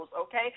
okay